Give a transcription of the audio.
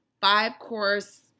five-course